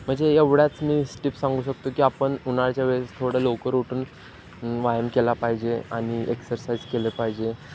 म्हणजे एवढ्याच मी स्टिप सांगू शकतो की आपण उन्हाळ्याच्या वेळेस थोडं लवकर उठून व्यायाम केला पाहिजे आणि एक्सरसाइज केलं पाहिजे